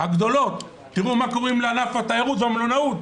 תראו מה קורה לענף התיירות והמלונאות.